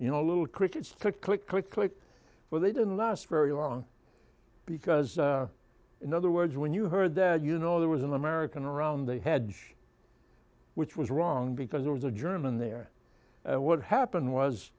you know a little cricket stick click click click where they didn't last very long because in other words when you heard that you know there was an american around the head which was wrong because there was a german there what happened was